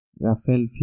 Rafael